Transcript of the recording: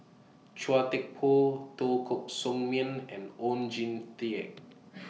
Chua Thian Poh Teo Koh Sock Miang and Oon Jin Teik